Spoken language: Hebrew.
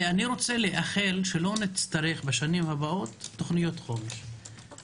אני רוצה לאחל שלא נצטרך בשנים הבאות תוכניות חומש.